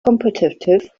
competitive